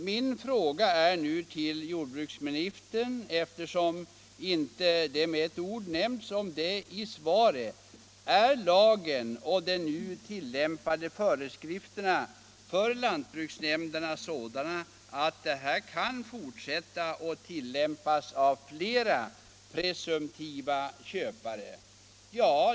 Min fråga till jordbruksministern är nu, eftersom i hans svar inte ett enda ord nämns om detta: Är lagen och de nu tillämpade föreskrifterna för lantbruksnämnderna sådana att dessa regler kan fortsätta att tillämpas av flera presumtiva köpare?